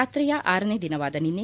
ಯಾತ್ರೆಯ ಆರನೇ ದಿನವಾದ ನಿನ್ನೆ